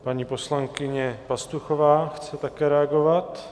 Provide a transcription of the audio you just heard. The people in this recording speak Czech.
Paní poslankyně Pastuchová chce také reagovat.